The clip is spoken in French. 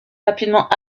rapidement